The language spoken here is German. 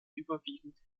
überwiegend